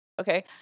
Okay